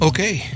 Okay